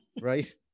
Right